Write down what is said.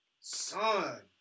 son